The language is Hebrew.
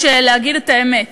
יש להגיד את האמת.